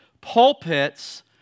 Pulpits